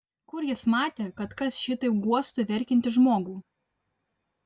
kur jis matė kad kas šitaip guostų verkiantį žmogų